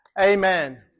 amen